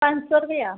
पंज सौ रपेआ